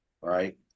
right